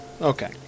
Okay